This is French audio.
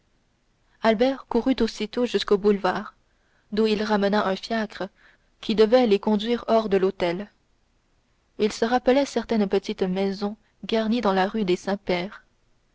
albert courut aussitôt jusqu'au boulevard d'où il ramena un fiacre qui devait les conduire hors de l'hôtel il se rappelait certaine petite maison garnie dans la rue des